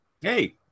Hey